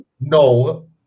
no